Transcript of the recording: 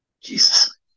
Jesus